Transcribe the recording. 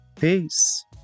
Peace